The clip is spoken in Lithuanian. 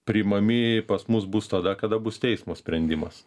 priimami pas mus bus tada kada bus teismo sprendimas